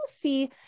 see